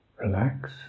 relax